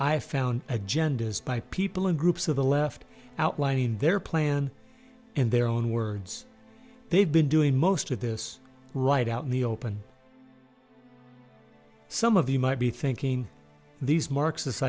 i found agendas by people in groups of the left outlining their plan in their own words they've been doing most of this right out in the open some of you might be thinking these mar